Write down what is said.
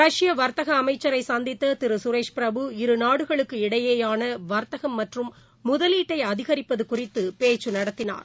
ரஷ்ய வர்த்தக அமைச்சரை சந்தித்த திரு சுரேஷ் பிரபு இரு நாடுகளுக்கு இடையேயான வர்த்தகம் மற்றும் முதலீட்டை அதிகரிப்பது குறித்து பேச்சு நடத்தினார்